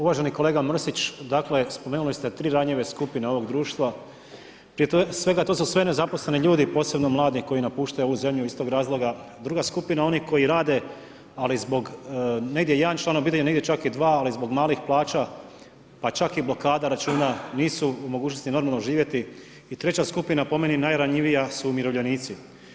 Uvaženi kolega Mrsić, dakle spomenuli ste tri ranjive skupine ovog društva, prije svega to su nezaposleni ljudi, posebno mladi koji napuštaju ovu zemlju i iz tog razloga druga skupina onih koji rade ali negdje jedan član obitelji, negdje čak i dva, ali zbog malih plaća pa čak i blokada računa, nisu u mogućnosti normalno živjeti i treća skupina po meni najranjivija su umirovljenici.